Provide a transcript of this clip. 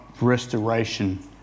restoration